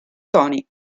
toni